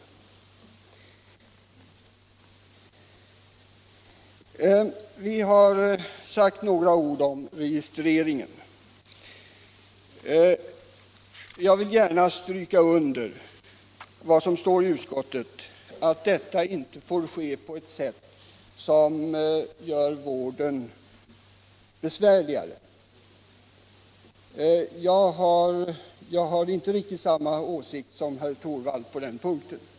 Onsdagen den Vi har i betänkandet sagt några ord om registreringen. Jag vill gärna 1 december 1976 stryka under att vi i betänkandet uttalat att denna inte får ske på ett — sätt som gör vården besvärligare. Jag har inte riktigt samma åsikt som Vissa alkoholoch herr Torwald på denna punkt.